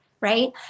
Right